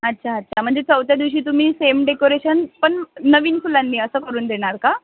अच्छा अच्छा म्हणजे चौथ्या दिवशी तुम्ही सेम डेकोरेशन पण नवीन फुलांनी असं करून देणार का